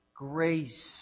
Grace